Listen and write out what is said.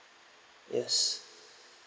yes